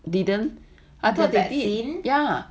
didn't I thought they did